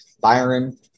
Byron